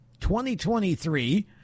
2023